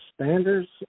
standards –